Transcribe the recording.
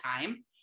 time